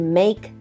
make